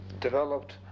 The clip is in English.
developed